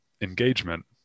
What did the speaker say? engagement